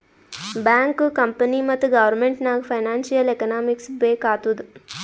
bank, company ಮತ್ತ government ನಾಗ್ financial economics ಬೇಕ್ ಆತ್ತುದ್